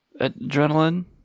Adrenaline